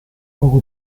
poco